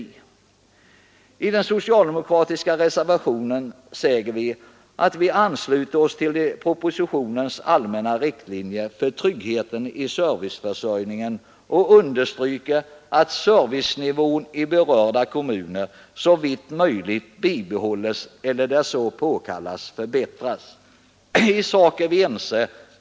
I den socialdemokratiska reservationen ansluter vi oss till propositionens allmänna riktlinjer för tryggandet av serviceförsörjningen i glesbygdskommunerna men understryker att servicenivån i berörda kommuner såvitt möjligt bör behållas eller där så är påkallat förbättras. I sak är vi ense.